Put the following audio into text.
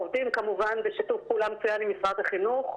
ועובדים כמובן בשיתוף פעולה מצוין עם משרד החינוך.